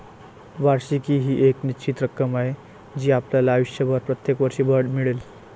वार्षिकी ही एक निश्चित रक्कम आहे जी आपल्याला आयुष्यभर प्रत्येक वर्षी मिळेल